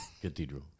Cathedral